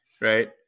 right